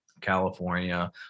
California